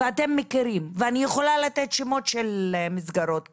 ואתם מכירים, ואני יכולה לתת שמות של מסגרות כאלה.